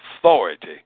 authority